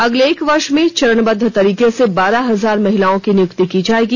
अगले एक वर्ष में चरणबद्व तरीके से बारह हजार महिलाओं की नियुक्ति की जाएगी